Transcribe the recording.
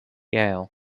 yale